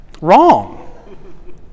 Wrong